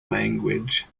language